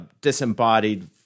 disembodied